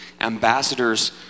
ambassadors